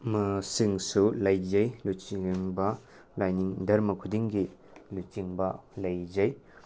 ꯃꯁꯤꯡꯁꯨ ꯂꯩꯖꯩ ꯂꯨꯆꯤꯡꯕ ꯂꯥꯏꯅꯤꯡ ꯙꯔꯃ ꯈꯨꯗꯤꯡꯒꯤ ꯂꯨꯆꯤꯡꯕ ꯂꯩꯖꯩ